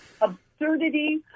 absurdity